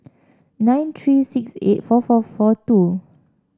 nine three six eight four four four two